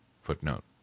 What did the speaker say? footnote